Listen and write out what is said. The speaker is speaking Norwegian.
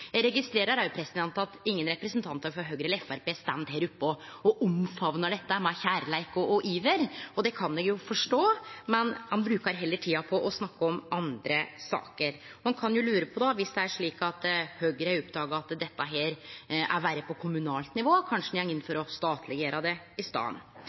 Eg registrerer òg at ingen representantar frå Høgre eller Framstegspartiet står her oppe og omfamnar dette med kjærleik og iver – og det kan eg jo forstå – men ein brukar heller tida på å snakke om andre saker. Ein kan jo, viss det er slik at Høgre har oppdaga at dette er verre på kommunalt nivå, lure på om ein då kanskje går inn for å gjere det statleg i staden.